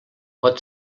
pot